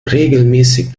regelmäßig